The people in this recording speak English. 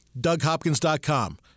DougHopkins.com